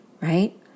right